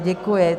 Děkuji.